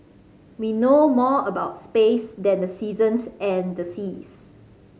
we know more about space than the seasons and the seas